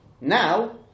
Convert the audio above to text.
Now